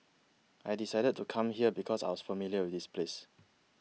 I decided to come here because I was familiar with this place